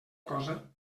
cosa